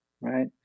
right